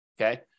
Okay